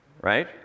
right